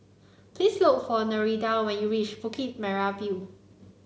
please look for Nereida when you reach Bukit Merah View